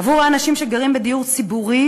עבור האנשים שגרים בדיור ציבורי,